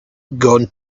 gone